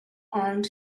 armed